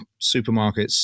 supermarkets